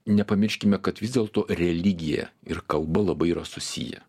nepamirškime kad vis dėlto religija ir kalba labai yra susiję